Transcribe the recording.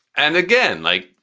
and again, like,